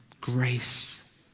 Grace